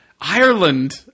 Ireland